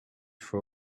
for